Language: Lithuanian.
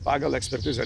pagal ekspertizę